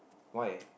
why